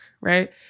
Right